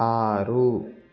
ఆరు